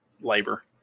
labor